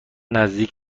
نزدیک